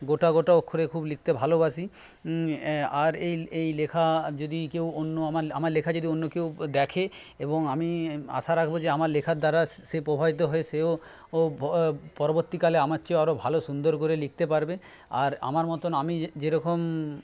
গোটা গোটা অক্ষরে খুব লিখতে ভালোবাসি আর এই এই লেখা যদি কেউ অন্য আমার আমার লেখা যদি অন্য কেউ দেখে এবং আমি আশা রাখবো যে আমার লেখার দ্বারা সে প্রভাবিত হয়ে সেও পরবর্তীকালে আমার চেয়েও আরও ভালো সুন্দর করে লিখতে পারবে আর আমার মতন আমি যেরকম